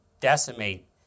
decimate